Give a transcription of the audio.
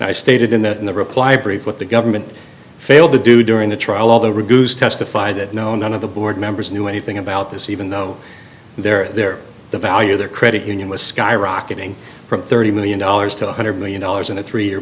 i stated in the in the reply brief what the government failed to do during the trial all the reviews testified that no none of the board members knew anything about this even though they're there the value of their credit union was skyrocketing from thirty million dollars to one hundred million dollars in a three year